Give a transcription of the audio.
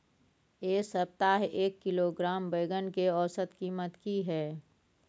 ऐ सप्ताह एक किलोग्राम बैंगन के औसत कीमत कि हय?